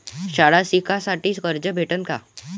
शाळा शिकासाठी कर्ज भेटन का?